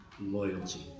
loyalty